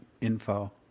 info